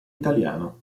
italiano